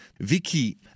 Vicky